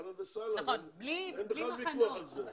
אהלן וסהלן, אין ויכוח על זה.